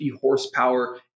horsepower